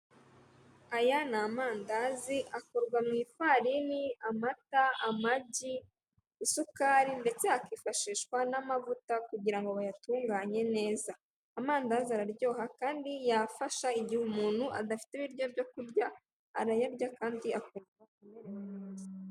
Aya ni amandazi akorwa mu ifarini amata, amagi, isukari, ndetse hakifashishwa n'amavuta kugira ngo bayatunganye neza. Amandazi araryoha kandi yafasha igihe umuntu adafite ibiryo byo kurya arayarya kandi akumva amerewe neza.